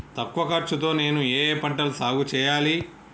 తక్కువ ఖర్చు తో నేను ఏ ఏ పంటలు సాగుచేయాలి?